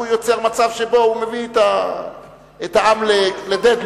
הוא יוצר מצב שבו הוא מביא את העם ל-deadlock.